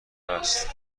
است